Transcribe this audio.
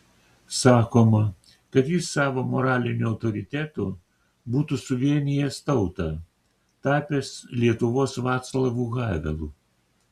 sakoma kad jis savo moraliniu autoritetu būtų suvienijęs tautą tapęs lietuvos vaclavu havelu